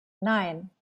nein